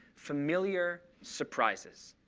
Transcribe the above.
familiar surprises.